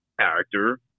character